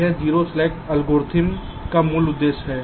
यह 0 slack algorithm का मूल उद्देश्य है